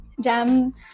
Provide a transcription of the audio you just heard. jam